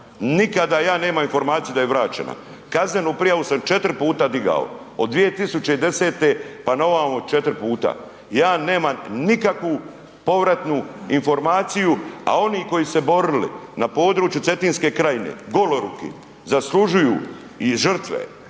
Nikada ja nemam informaciju da je vraćena. Kaznenu prijavu sam četiri puta digao od 2010. pa na ovamo četiri puta. Ja nemam nikakvu povratnu informaciju, a oni koji su se borili na području Cetinske krajine goloruki i žrtve